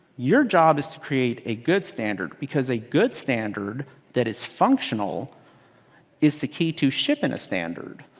your job is to create a good standard because a good standard that is functional is the key to shipping a standard.